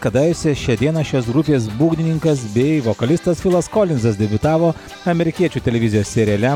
kadaise šią dieną šios grupės būgnininkas bei vokalistas filas kolinzas debiutavo amerikiečių televizijos seriale